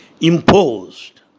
imposed